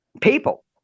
people